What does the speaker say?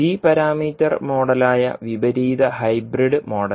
g parameter മോഡലായ വിപരീത hybrid model